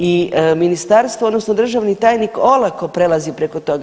I ministarstvo odnosno državni tajnik olako prelazi preko toga.